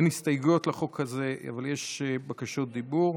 אין הסתייגויות לחוק הזה, אבל יש בקשות דיבור.